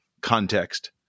context